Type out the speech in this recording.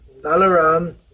Balaram